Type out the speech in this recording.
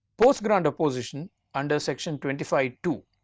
post-grant opposition under section twenty five two,